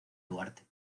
duarte